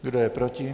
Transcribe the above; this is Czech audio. Kdo je proti?